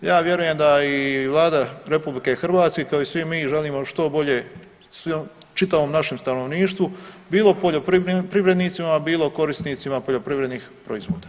Ja vjerujem da i Vlada RH kao i svi mi želimo što bolje čitavom našem stanovništvu bilo poljoprivrednicima bilo korisnicima poljoprivrednih proizvoda.